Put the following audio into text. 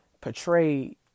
portrayed